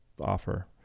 offer